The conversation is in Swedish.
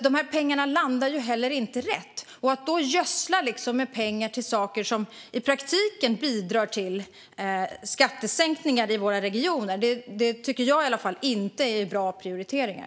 De här pengarna landar ju inte rätt, och att då gödsla med pengar till saker som i praktiken bidrar till skattesänkningar i våra regioner tycker i alla fall jag inte är bra prioriteringar.